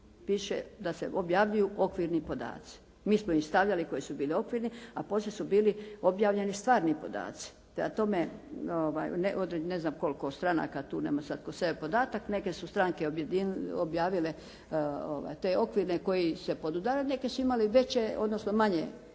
Piše da se objavljuju okvirni podaci. Mi smo ih stavili koji su bili okvirni, a poslije su bili objavljeni stvarni podaci. Prema tome, ne znam koliko stranaka tu nema kod sebe sada podatka, neke su stranke objedinile te okvirne koji se podudaraju, neke su imale veće, odnosno manje iznose